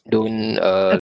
don't uh